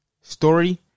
story